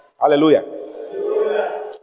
Hallelujah